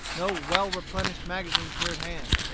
no well-replenished magazines near at hand.